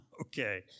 Okay